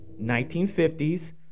1950s